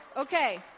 Okay